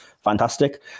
fantastic